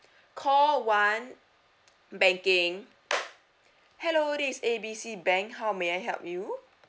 call one banking hello this A B C bank how may I help you